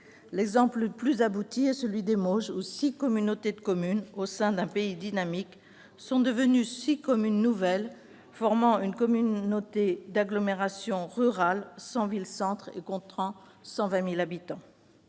L'exemple le plus abouti est celui des Mauges, où six communautés de communes, au sein d'un pays dynamique, sont devenues six communes nouvelles, formant une communauté d'agglomération rurale sans ville-centre et comptant 120 000 habitants.